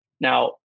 Now